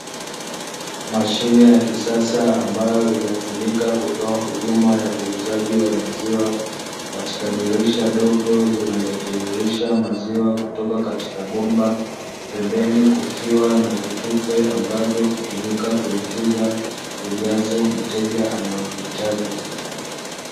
Mashine ya kisasa ambayo inatumika kutoa huduma ya uzaji wa maziwa, katika dirisha dogo linalotiririsha maziwa kutoka katika bomba. Pembeni kukiwa na vitufe ambavyo hutumika kuingiza ujazo mteja anaohitaji.